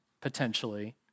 potentially